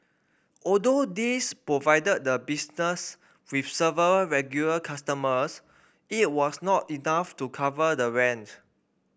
although these provided the business with several regular customers it was not enough to cover the rent